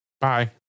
bye